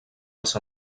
als